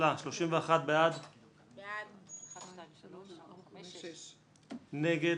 הצבעה בעד הרביזיה על סעיף 30 6 נגד,